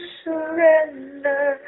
surrender